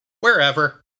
wherever